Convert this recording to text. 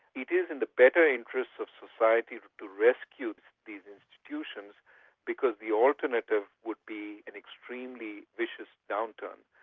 it is in the better interests of society to rescue these institutions because the alternative would be an extremely vicious downturn.